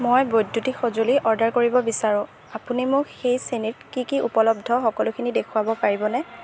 মই বৈদ্যুতিক সঁজুলি অৰ্ডাৰ কৰিব বিচাৰোঁ আপুনি মোক সেই শ্ৰেণীত কি কি উপলব্ধ সকলোখিনি দেখুৱাব পাৰিবনে